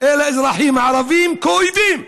אל אזרחים ערבים כאל אויבים,